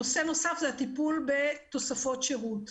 נושא נוסף זה הטיפול בתוספות שירות.